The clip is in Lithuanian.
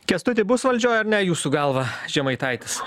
kęstuti bus valdžioj ar ne jūsų galva žemaitaitis